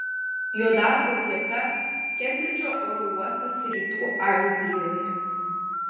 jo darbo vieta kembridžo oro uostas rytų anglijoje